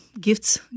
gifts